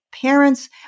parents